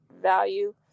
value